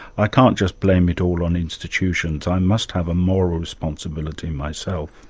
i can't just blame it all on institutions, i must have a moral responsibility myself.